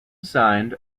signed